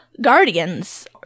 guardians